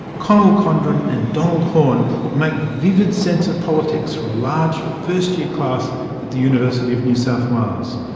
conal condren and donald horne make vivid sense of politics for a large first-year class at the university of new south wales.